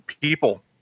people